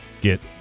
Get